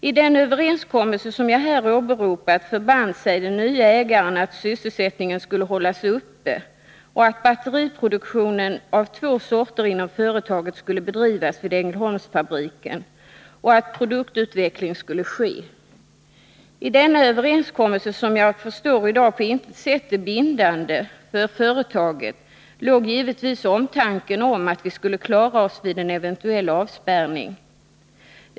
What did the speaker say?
I den överenskommelse som jag här åberopar förband sig den nye ägaren att sysselsättningen skulle hållas uppe, att batteriproduktionen av två sorter inom företaget skulle bedrivas vid Ängelholmsfabriken och att produktutveckling skulle ske. I denna överenskommelse, som jag i dag förstår på intet sätt är bindande för företaget, låg givetvis omtanken om att vi skulle klara oss vid en eventuell avspärrning.